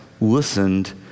listened